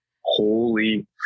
holy